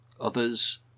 Others